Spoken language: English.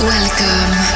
Welcome